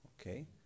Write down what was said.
Okay